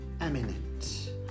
eminent